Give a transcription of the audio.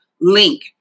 link